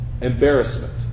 embarrassment